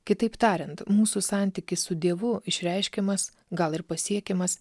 kitaip tariant mūsų santykis su dievu išreiškiamas gal ir pasiekiamas